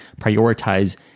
prioritize